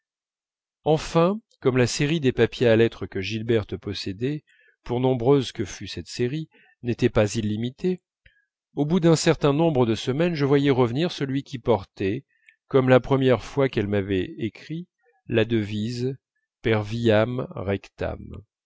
enfin comme la série des papiers à lettres que gilberte possédait pour nombreuse que fût cette série n'était pas illimitée au bout d'un certain nombre de semaines je voyais revenir celui qui portait comme la première fois qu'elle m'avait écrit la devise per viam rectam